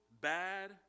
bad